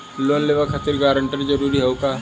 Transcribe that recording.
Loan लेवब खातिर guarantor जरूरी हाउ का?